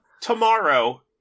tomorrow